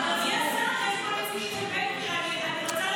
אדוני השר, יש פה נציגים של בן גביר.